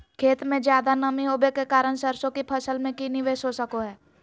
खेत में ज्यादा नमी होबे के कारण सरसों की फसल में की निवेस हो सको हय?